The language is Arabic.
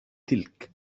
تلك